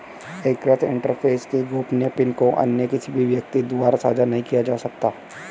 एकीकृत इंटरफ़ेस के गोपनीय पिन को अन्य किसी भी व्यक्ति द्वारा साझा नहीं किया जा सकता